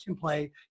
play